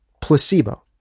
placebo